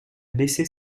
baisser